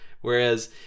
Whereas